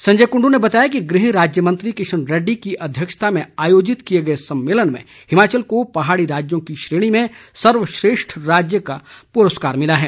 संजय कुंडू ने बताया कि गृह राज्यमंत्री किशन रेडडी की अध्यक्षता में आयोजित किए गए सम्मेलन में हिमाचल को पहाड़ी राज्यों की श्रेणी में सर्वश्रेष्ठ राज्य का पुरस्कार मिला है